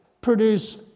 produce